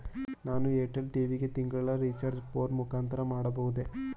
ನಾನು Airtel TV ಗೆ ತಿಂಗಳ ರಿಚಾರ್ಜ್ ಫೋನ್ ಮುಖಾಂತರ ಮಾಡಬಹುದೇ?